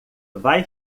vai